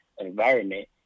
Environment